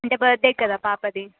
అంటే బర్త్డే కదా పాపది